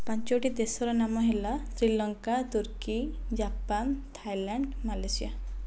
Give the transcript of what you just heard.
ପାଞ୍ଚଟି ଦେଶର ନାମ ହେଲା Sri Lanka Turkey Japan Thailand Malaysia